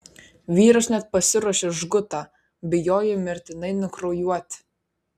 vyras net pasiruošė žgutą bijojo mirtinai nukraujuoti